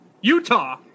Utah